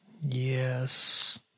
Yes